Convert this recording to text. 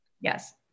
Yes